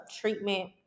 treatment